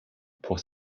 pour